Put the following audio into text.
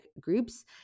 groups